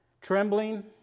Trembling